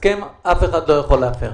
הסכם, אף אחד לא יכול לאתר.